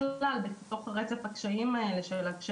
בכלל בתוך רצף הקשיים בקשר,